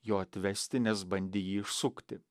jo atvesti nes bandė jį išsukti